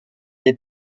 est